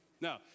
No